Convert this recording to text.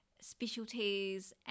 specialties